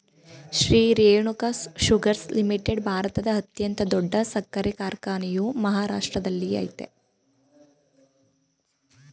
Shri Renuka Sugars Limited ಭಾರತದ ಅತ್ಯಂತ ದೊಡ್ಡ ಸಕ್ಕರೆ ಕಾರ್ಖಾನೆಯು ಮಹಾರಾಷ್ಟ್ರದಲ್ಲಯ್ತೆ